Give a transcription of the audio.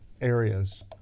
areas